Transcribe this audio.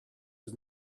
was